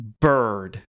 bird